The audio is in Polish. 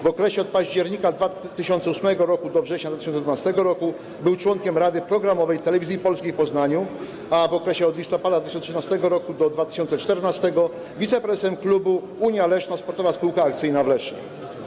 W okresie od października 2008 r. do września 2012 r. był członkiem Rady Programowej Telewizji Polskiej w Poznaniu, a w okresie od listopada 2013 r. do grudnia 2014 r. wiceprezesem klubu Unia Leszno Sportowa Spółka Akcyjna w Lesznie.